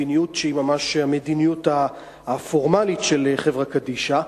מדיניות שהיא ממש המדיניות הפורמלית של חברה קדישא.